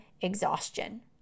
exhaustion